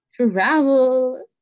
Travel